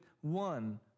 one